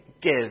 give